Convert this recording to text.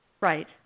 Right